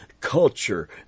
Culture